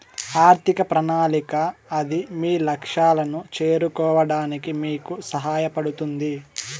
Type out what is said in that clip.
ఆర్థిక ప్రణాళిక అది మీ లక్ష్యాలను చేరుకోవడానికి మీకు సహాయపడుతుంది